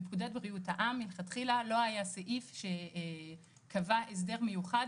בפקודת בריאות העם מלכתחילה לא היה סעיף שקבע הסדר מיוחד